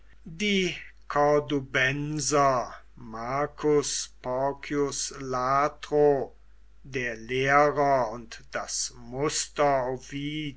die cordubenser marcus porcius latro der lehrer und das